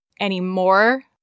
anymore